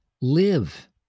Live